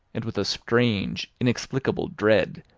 and with a strange, inexplicable dread,